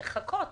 צריך לחכות